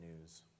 news